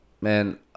man